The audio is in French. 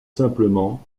simplement